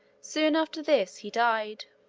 soon after this he died.